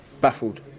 Baffled